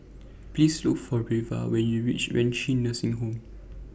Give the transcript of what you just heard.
Please Look For Reva when YOU REACH Renci Nursing Home